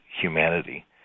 humanity